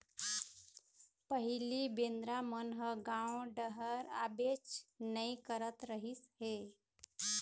पहिली बेंदरा मन ह गाँव डहर आबेच नइ करत रहिस हे